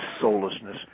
soullessness